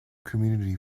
community